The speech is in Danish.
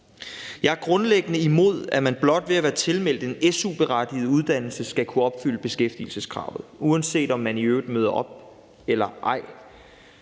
Jeg er grundlæggende imod, at man blot ved at være tilmeldt en su-berettiget uddannelse skal kunne opfylde beskæftigelseskravet, uanset om man i øvrigt møder op eller ej.